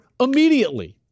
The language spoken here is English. immediately